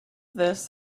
this